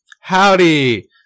Howdy